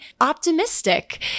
optimistic